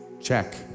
Check